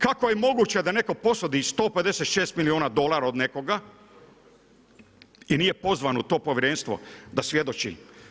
Kako je moguće da netko posudi 156 milijuna dolara od nekoga i nije pozvan u to povjerenstvo da svjedoči.